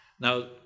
Now